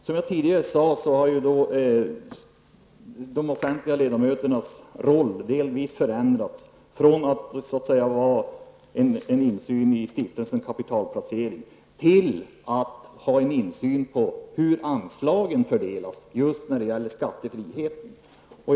Som jag tidigare sade har de offentliga ledamöternas roll delvis förändrats från att så att säga ha en insyn i stiftelsens kapitalplacering till att ha en insyn i hur anslagen fördelas just när det gäller skattefriheten. Herr talman!